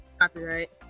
Copyright